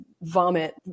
vomit